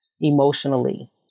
emotionally